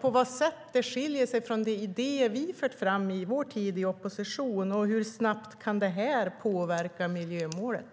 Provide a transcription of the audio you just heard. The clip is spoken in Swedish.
På vad sätt skiljer det sig från de idéer vi fört fram under vår tid i opposition? Hur snabbt kan det här påverka miljömålet?